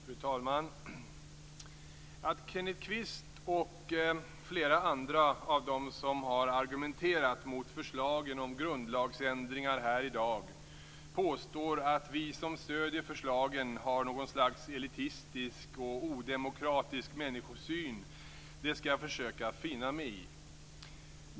Fru talman! Att Kenneth Kvist och flera andra av dem som har argumenterat mot förslagen om grundlagsändringar här i dag påstår att vi som stöder förslagen har något slags elitistisk och odemokratisk människosyn skall jag försöka finna mig i.